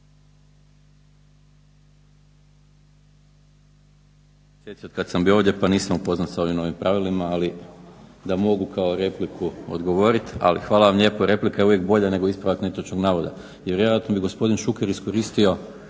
hvala vam lijepa replika je uvijek bolja nego ispravak netočnog navoda. Jer vjerojatno bi gospodin Šuker iskoristio